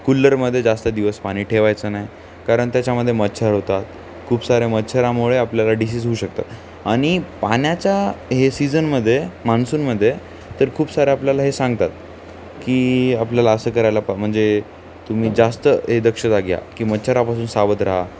कुल्लरमध्ये जास्त दिवस पाणी ठेवायचं नाही कारण त्याच्यामध्ये मच्छर होतात खूप साऱ्या मच्छरामुळे आपल्याला डिशिस होऊ शकतात आणि पाण्याच्या हे सीजनमध्ये मान्सूनमध्ये तर खूप सारे आपल्याला हे सांगतात की आपल्याला असं करायला प म्हणजे तुम्ही जास्त हे दक्षता घ्या की मच्छरापासून सावध रहा